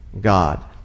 god